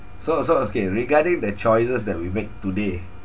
so so okay regarding the choices that we make today